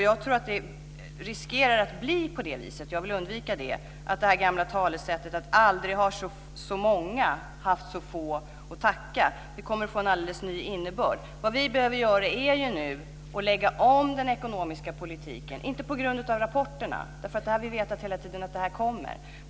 Jag tror att det riskerar att bli på det viset, och jag vill undvika det. Det gamla talesättet att aldrig har så många haft så få att tacka, kommer att få en alldeles ny innebörd. Vad vi behöver göra nu är att lägga om den ekonomiska politiken - men inte på grund av rapporterna. Vi har hela tiden vetat att det här kommer.